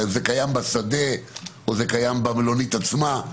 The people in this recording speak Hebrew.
זה קיים בשדה או זה קיים במלונית עצמה?